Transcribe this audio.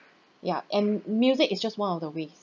ya and music is just one of the ways